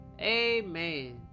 Amen